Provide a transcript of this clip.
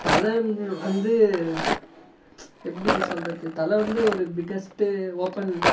தல வந்து எப்படி சொல்லுறது தலை வந்து ஒரு பிக்கஸ்ட்டு ஓப்பன்